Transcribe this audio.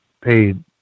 paid